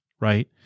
right